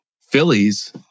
Phillies